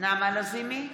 נעמה לזימי,